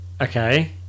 Okay